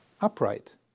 upright